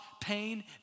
pain